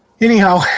anyhow